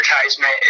advertisement